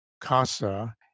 CASA